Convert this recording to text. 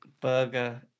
Burger